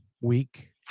week